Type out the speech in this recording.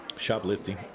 shoplifting